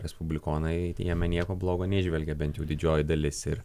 respublikonai jame nieko blogo neįžvelgė bent jau didžioji dalis ir